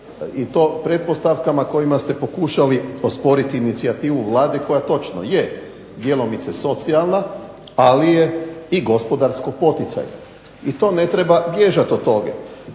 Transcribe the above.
i to pretpostavkama kojima ste pokušali osporit inicijativu Vlade koja točno je djelomice socijalna, ali je i gospodarsko poticajna i to ne treba bježat od toga.